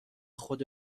خود